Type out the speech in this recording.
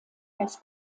als